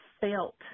felt